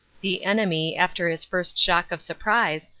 the enemy, after his first shock of surprise,